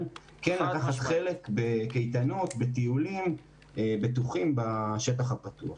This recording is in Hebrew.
לקחת חלק בקייטנות ובטיולים בטוחים בשטח הפתוח.